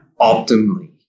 optimally